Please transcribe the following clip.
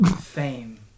Fame